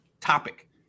topic